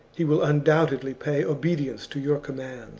he will undoubtedly pay obedience to your commands